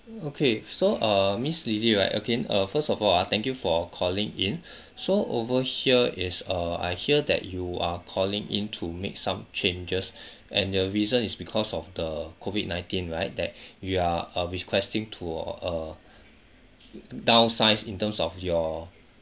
okay so err miss lily right again uh first of all ah thank you for calling in so over here is err I hear that you are calling in to make some changes and the reason is because of the COVID nineteen right that you are uh requesting to or uh downsize in terms of your